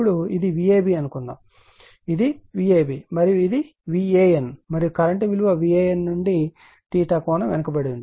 ఇప్పుడు ఇది Vab అని అనుకుందాం ఇది Vab మరియు ఇది VAN మరియు కరెంట్ విలువ VAN నుండి కోణం వెనుకబడి ఉంది